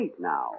now